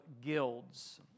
guilds